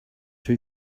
two